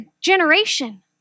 generation